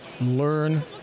Learn